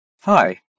Hi